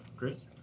chris.